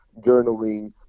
journaling